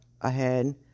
ahead